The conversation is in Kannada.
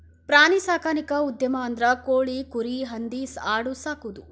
ಪ್ರಾಣಿ ಸಾಕಾಣಿಕಾ ಉದ್ಯಮ ಅಂದ್ರ ಕೋಳಿ, ಕುರಿ, ಹಂದಿ ಆಡು ಸಾಕುದು